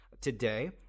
today